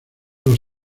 los